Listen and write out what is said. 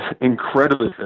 incredibly